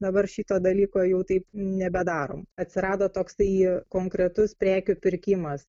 dabar šito dalyko jau taip nebedarom atsirado toks tai konkretus prekių pirkimas